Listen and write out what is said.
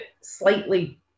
slightly